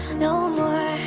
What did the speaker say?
no more